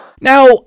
Now